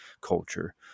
culture